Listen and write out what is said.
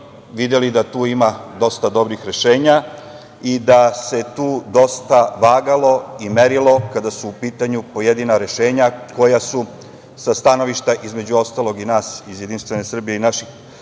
videli da tu ima dosta dobrih rešenja i da se tu dosta vagalo i merilo, kada su u pitanju pojedina rešenja, koja su, sa stanovišta između ostalog i nas, iz Jedinstvene Srbije i naše